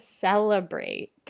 celebrate